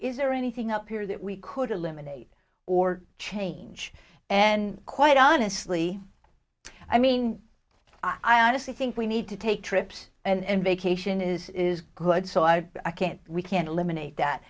is there anything up here that we could eliminate or change and quite honestly i mean i honestly think we need to take trips and vacation is is good so i can't we can't eliminate